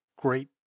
great